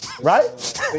Right